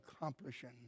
accomplishing